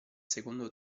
secondo